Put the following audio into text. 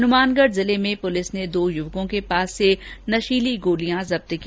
हनुमानगढ जिले में पुलिस ने दो युवकों के पास से नशीली गोलियां जब्त की है